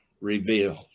revealed